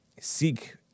seek